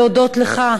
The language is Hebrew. להודות לך,